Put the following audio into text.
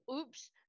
oops